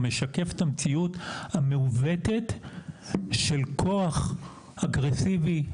הוא משקף את המציאות המעוותת של כוח אגרסיבי,